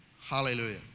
Hallelujah